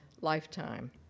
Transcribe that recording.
lifetime